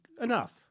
enough